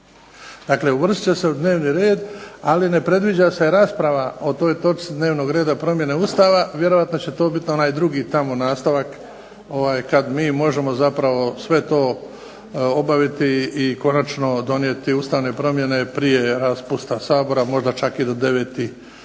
Dakle, uvrstit će se u dnevni red ali ne predviđa se rasprava o toj točci dnevnog reda promjena Ustava, vjerojatno će to biti drugi onaj nastavak kada mi možemo zapravo sve to obaviti i konačno donijeti Ustavne promjene prije raspusta Sabora, možda čak i do 9. sedmoga